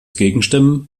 gegenstimmen